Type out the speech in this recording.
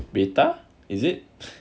beta is it